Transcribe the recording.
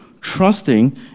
trusting